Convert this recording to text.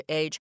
age